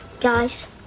Guys